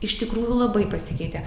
iš tikrųjų labai pasikeitė